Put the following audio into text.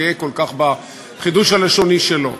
גאה כל כך בחידוש הלשוני שלו.